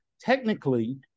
Technically